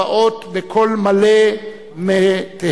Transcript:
הבאים בקול מלא מטהרן.